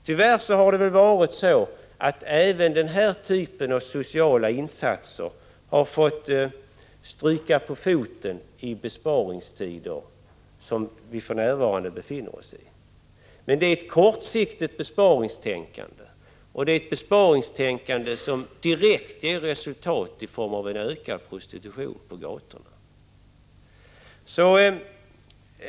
Tyvärr har även denna typ av sociala insatser fått stryka på foten under besparingstider, som vi för närvarande befinner oss i. Men det är ett kortsiktigt besparingstänkande, och det är ett besparingstänkande som direkt ger resultat i form av en ökad prostitution på gatorna.